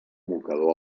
mocador